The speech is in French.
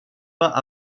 pas